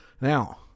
Now